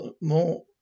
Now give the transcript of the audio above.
more